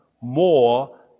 more